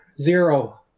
zero